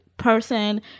person